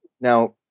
now –